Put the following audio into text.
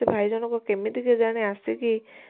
ସେ ଭାଇ ଜଣକ କେମିତି କେଜାଣି ଆସିକି